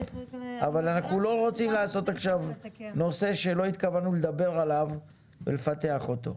אבל אנחנו לא רוצים לעשות עכשיו נושא שלא התכוונו לדבר עליו ולפתח אותו.